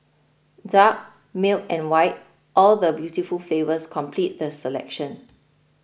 dark milk and white all the beautiful flavours complete the selection